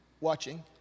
Watching